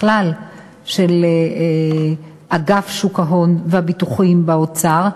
ובכלל של אגף שוק ההון והביטוח באוצר,